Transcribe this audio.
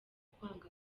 kwanga